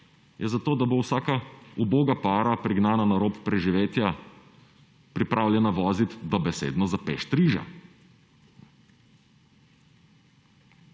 Ja zato, da bo vsaka uboga para pregnana na rob preživetja, pripravljena vozit dobesedno za pest riža.